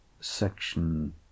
Section